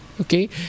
Okay